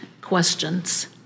questions